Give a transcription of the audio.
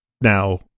Now